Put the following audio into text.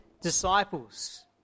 disciples